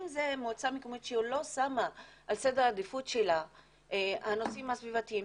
אם זאת מועצה מקומית שלא שמה בסדר העדיפות שלה את הנושאים הסביבתיים,